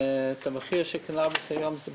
המחיר של קנאביס היום הוא